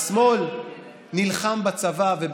מה קרה לך, מיקי?